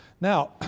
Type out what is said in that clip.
Now